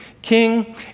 king